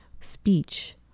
speech